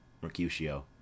Mercutio